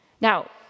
Now